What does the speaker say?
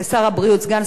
סגן שר הבריאות,